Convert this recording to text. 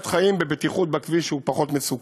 חיים בבטיחות בכביש שהוא פחות מסוכן.